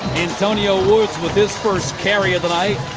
antonio woods with his first carry of the night.